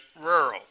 rural